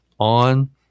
on